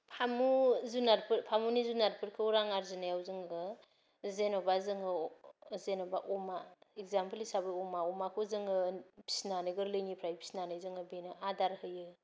फामु फामुनि जुनार फोरखौ रां आर्जिनायाव जोङो जेन'बा जोङो जेन'बा अमा इगजाम्फल हिसाबै अमा अमाखौ जोङो फिनानै गोरलैनिफ्राय फिनानै जोङो बेनो आदार होयो